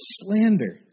slander